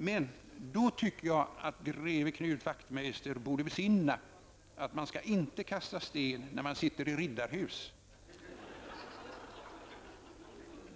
Men då tycker jag att greve Knut Wachtmeister borde besinna att man inte skall kasta sten när man sitter i riddarhus!